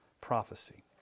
prophecy